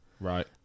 right